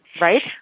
right